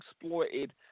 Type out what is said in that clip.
exploited